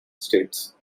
states